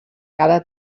cada